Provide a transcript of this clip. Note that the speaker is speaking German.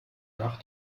nach